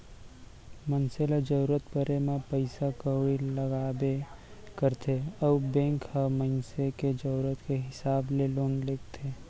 मनसे ल जरूरत परे म पइसा कउड़ी लागबे करथे अउ बेंक ह मनसे के जरूरत के हिसाब ले लोन देथे